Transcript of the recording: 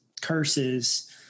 curses